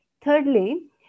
Thirdly